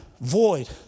void